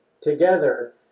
together